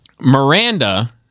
Miranda